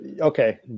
Okay